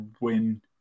win